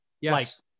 Yes